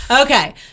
Okay